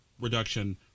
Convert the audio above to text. reduction